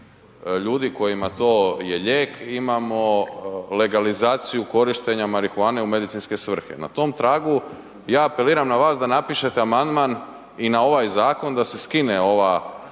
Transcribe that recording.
ljudi kojima to je lijek imamo legalizaciju korištenja marihuane u medicinske svrhe. Na tom tragu ja apeliram na vas da napišete amandman i na ovaj zakon da se skine ova